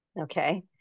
okay